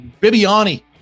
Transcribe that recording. Bibiani